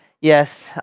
Yes